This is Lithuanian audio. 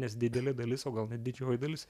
nes didelė dalis o gal net didžioji dalis